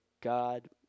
God